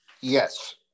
Yes